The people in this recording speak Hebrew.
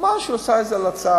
הוא אמר שהוא עשה הלצה.